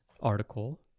article